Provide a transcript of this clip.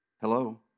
Hello